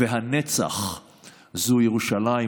"הנצח זו ירושלים",